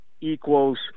equals